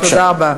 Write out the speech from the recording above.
בבקשה.